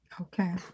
okay